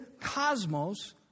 cosmos